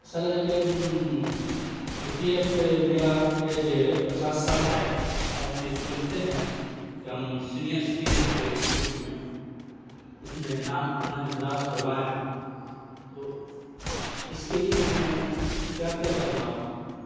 اصل ہے کہ ہم ایی پی ایف میرا ایج پچاس سال ہے اور ہم یہ سوچتے ہیں کہ ہم سینئر سٹیزن کے روپ میں اس میں نام اپنا اندراج کروائیں تو اس کے لیے ہمیں کیا کیا کرنا ہوگا